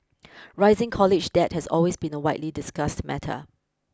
rising college debt has always been a widely discussed matter